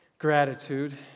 Gratitude